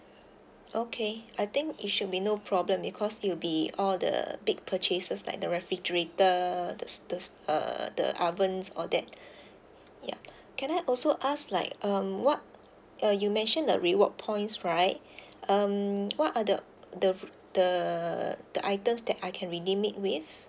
okay I think it should be no problem because it will be all the big purchases like the refrigerator the the uh the oven all that ya can I also ask like um what uh you mentioned the reward points right um what are the the the the items that I can reedem it with